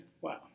Wow